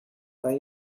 aan